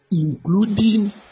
including